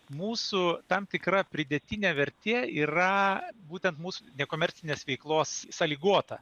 mūsų tam tikra pridėtinė vertė yra būtent mūsų nekomercinės veiklos sąlygota